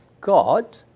God